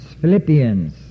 Philippians